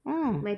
mm